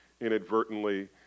inadvertently